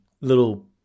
little